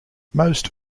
most